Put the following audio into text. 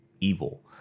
evil